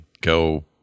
go